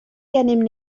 gennym